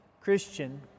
Christian